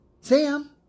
Sam